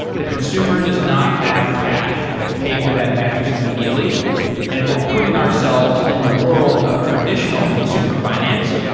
the consumer does not have cash to pay for that mattress immediately and if we're putting ourselves in the world of traditional consumer finance,